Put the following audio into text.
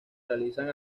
realizan